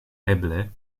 eble